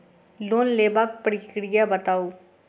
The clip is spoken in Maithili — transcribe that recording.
लोन लेबाक प्रक्रिया बताऊ?